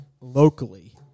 locally